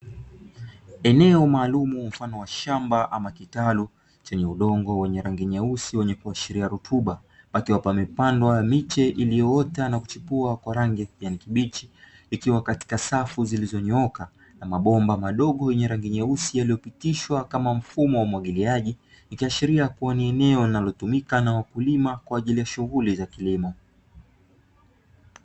Eneo maalumu mfano wa shamba ama kitalu chenye udongo wenye rangi nyeusi wenye kuashiria rutuba, pakiwa pamepandwa miche iliyoota na kuchipua kwa rangi ya kijani kibichi ikiwa katika safu zilizonyooka na mabomba madogo yenye rangi nyeusi yaliyopitishwa kama mfumo wa umwagiliaji, ikiashiria kuwa ni eneo linalotumika na wakulima kwa ajili ya shughuli za kilimo.